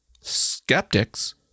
Skeptics